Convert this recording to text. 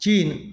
चीन